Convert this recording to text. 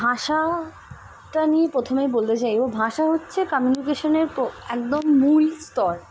ভাষাটা নিয়ে প্রথমেই বলতে চাই এবং ভাষা হচ্ছে কামিউনিকেশনের প্র একদম মূল স্তর